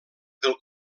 del